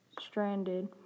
stranded